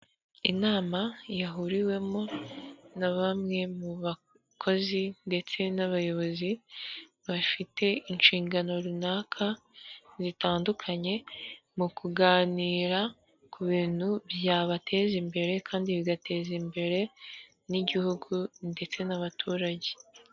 Inama yahuriwemo na bamwe mu bakozi ndetse n'abayobozi bafite inshingano runaka zitandukanye, mu kuganira ku bintu byabateza imbere kandi bigateza imbere n'igihugu ndetse n'abaturage.